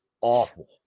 awful